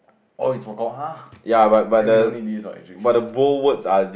oh it's for !huh! then we don't need this what actually